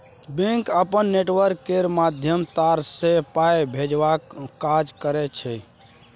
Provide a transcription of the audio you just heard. bank अपन network केर माध्यमे तार सँ पाइ भेजबाक काज करय छै